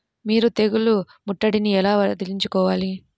మీరు తెగులు ముట్టడిని ఎలా వదిలించుకోవాలి?